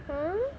!huh!